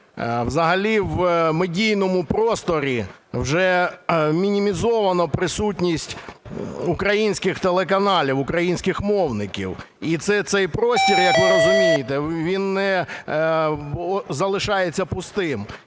взагалі в медійному просторі вже мінімізовано присутність українських телеканалів, українських мовників. І цей простір, як ви розумієте, він не залишається пустим.